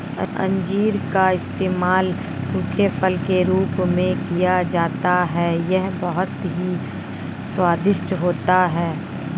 अंजीर का इस्तेमाल सूखे फल के रूप में किया जाता है यह बहुत ही स्वादिष्ट होता है